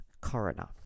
coroner